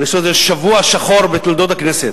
אני חושב שזה שבוע שחור בתולדות הכנסת,